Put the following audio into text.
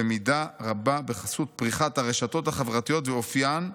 במידה רבה בחסות פריחת הרשתות החברתיות ואופיין,